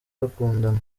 bakundana